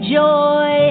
joy